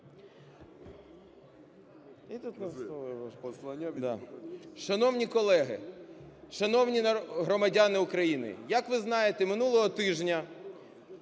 Шановні колеги, шановні громадяни України, як ви знаєте, минулого тижня